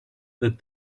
that